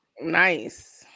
nice